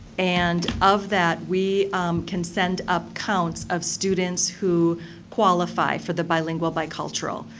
and of that we can send up counts of students who qualify for the bilingual bicultural.